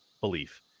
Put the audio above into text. belief